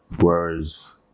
Whereas